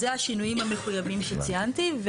זה השינויים המחויבים שציינתי.